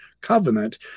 covenant